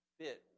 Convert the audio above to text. fit